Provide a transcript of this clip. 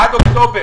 עד אוקטובר,